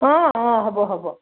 অ অ হ'ব হ'ব